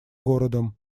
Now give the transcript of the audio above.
городом